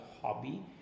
hobby